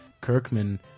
Kirkman